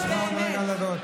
יש לך עוד רגע,